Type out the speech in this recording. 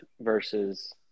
versus –